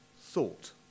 thought